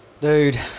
Dude